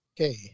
Okay